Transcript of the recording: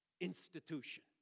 institution